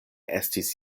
estis